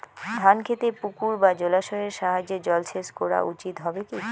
ধান খেতে পুকুর বা জলাশয়ের সাহায্যে জলসেচ করা উচিৎ হবে কি?